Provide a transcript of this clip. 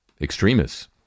extremists